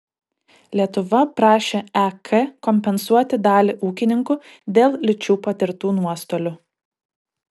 lietuva prašė ek kompensuoti dalį ūkininkų dėl liūčių patirtų nuostolių